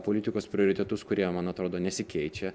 politikos prioritetus kurie man atrodo nesikeičia